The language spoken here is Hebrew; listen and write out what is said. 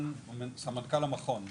סמנכ"ל המכון פה.